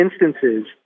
instances